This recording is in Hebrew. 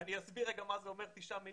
אני אסביר מה זה אומר תשעה מיליון.